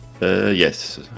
Yes